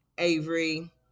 Avery